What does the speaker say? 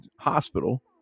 hospital